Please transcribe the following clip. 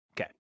okay